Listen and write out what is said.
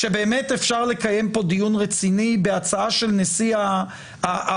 שבאמת אפשר לקיים פה דיון רציני בהצעה של נשיא המדינה,